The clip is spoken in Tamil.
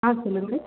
ஆ சொல்லுங்க